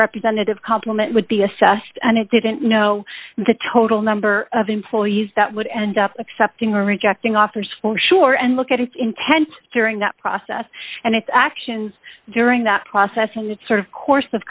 representative complement would be assessed and it didn't know the total number of employees that would end up accepting or rejecting offers for sure and look at its intent during that process and its actions during that process and that sort of course of